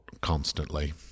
constantly